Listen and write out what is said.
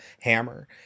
hammer